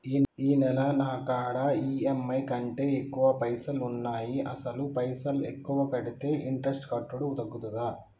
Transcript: ఈ నెల నా కాడా ఈ.ఎమ్.ఐ కంటే ఎక్కువ పైసల్ ఉన్నాయి అసలు పైసల్ ఎక్కువ కడితే ఇంట్రెస్ట్ కట్టుడు తగ్గుతదా?